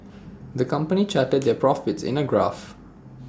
the company charted their profits in A graph